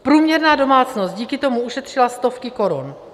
Průměrná domácnost díky tomu ušetřila stovky korun.